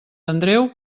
andreu